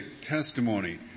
testimony